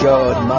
God